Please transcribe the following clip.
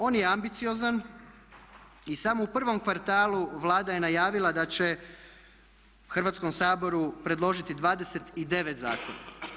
On je ambiciozan i samo u prvom kvartalu Vlada je najavila da će Hrvatskom saboru predložiti 29 zakona.